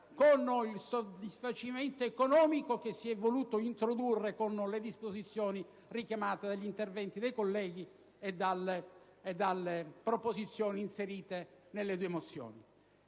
con il soddisfacimento economico che si è voluto introdurre con le disposizioni richiamate dagli interventi dei colleghi e dalle proposizioni inserite nelle due mozioni.